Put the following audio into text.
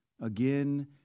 again